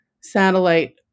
satellite